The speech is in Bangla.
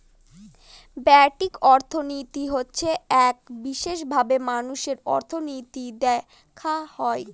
ব্যষ্টিক অর্থনীতি হচ্ছে এক বিশেষভাবে মানুষের অর্থনীতি দেখা হয়